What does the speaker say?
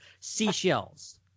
seashells